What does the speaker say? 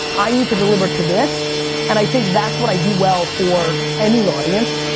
i need to deliver to this and i think that's what i do well for any audience,